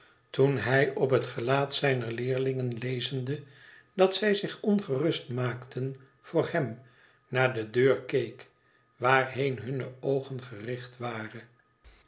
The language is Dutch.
toen hij op het gelaat zijner leerlingen lezende dat zij zich ongerust maakten voor hem naar de deur keek waarheen hunne oogen gericht waren